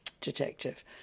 detective